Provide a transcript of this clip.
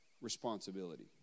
responsibility